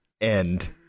End